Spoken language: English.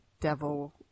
Devil